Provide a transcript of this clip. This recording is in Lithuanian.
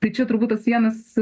tai čia turbūt tas vienas